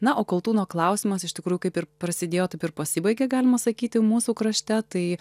na o kaltūno klausimas iš tikrųjų kaip ir prasidėjo taip ir pasibaigė galima sakyti mūsų krašte tai